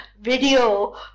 video